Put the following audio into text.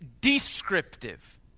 descriptive